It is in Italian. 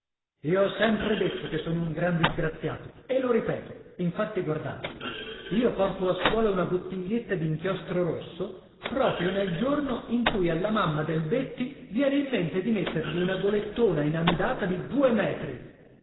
io ho sempre detto che sono un gran disgraziato e lo ripeto infatti guardate io porto a scuola una bottiglietta d'inchiostro rosso proprio nel giorno in cui alla mamma del betti viene in mente di mettergli una golettona inamidata di due metri